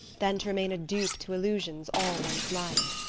than to remain a dupe to illusions all one's life.